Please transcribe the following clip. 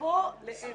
ופה להפך.